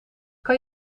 kan